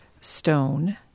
Stone